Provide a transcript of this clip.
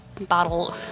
bottle